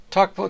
Talk